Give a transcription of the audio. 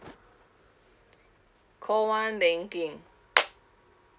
call one banking